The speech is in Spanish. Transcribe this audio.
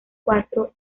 cuatro